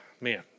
Man